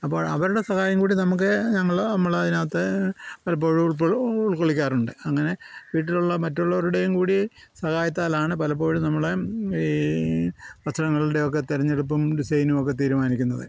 അപ്പോൾ അവരുടെ സഹായം കൂടി നമുക്ക് ഞങ്ങൾ നമ്മൾ അതിനകത്ത് പലപ്പോഴും ഉൾക്കൊള്ളിക്കാറുണ്ട് അങ്ങനെ വീട്ടിലുള്ള മറ്റുള്ളവരുടെയും കൂടി സഹായത്താലാണ് പലപ്പോഴും നമ്മൾ ഈ വസ്ത്രങ്ങളുടെയൊക്കെ തിരഞ്ഞെടുപ്പും ഡിസൈനും ഒക്കെ തീരുമാനിക്കുന്നത്